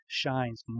shines